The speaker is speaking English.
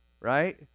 Right